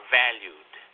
valued